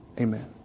Amen